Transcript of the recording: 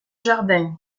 jardin